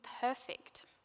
perfect